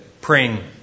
praying